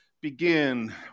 begin